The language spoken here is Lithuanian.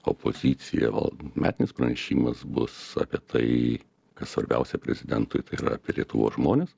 opoziciją o metinis pranešimas bus apie tai kas svarbiausia prezidentui tai yra apie lietuvos žmones